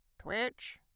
Twitch